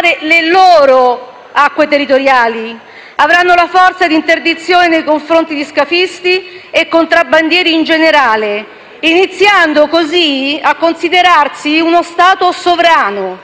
loro acque territoriali, avranno la forza di interdizione nei confronti di scafisti e contrabbandieri in generale, iniziando così a considerarsi uno Stato sovrano.